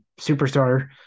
Superstar